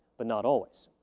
but not always.